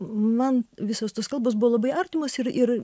man visos tos kalbos buvo labai artimos ir ir